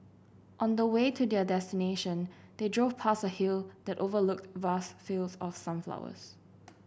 on the way to their destination they drove past a hill that overlooked vast fields of sunflowers